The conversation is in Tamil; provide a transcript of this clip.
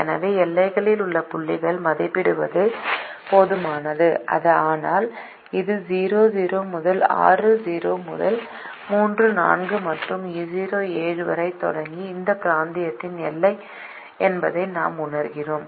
எனவே எல்லைகளில் உள்ள புள்ளிகளை மதிப்பிடுவது போதுமானது ஆனால் இது 0 0 முதல் 6 0 முதல் 3 4 மற்றும் 0 7 வரை தொடங்கி இந்த பிராந்தியத்தின் எல்லை என்பதை நாம் உணர்கிறோம்